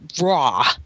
raw